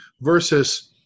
versus